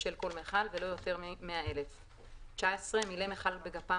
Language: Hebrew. בשל כל מכל ולא יותר מ- 100,000. (19) מילא מכל בגפ"מ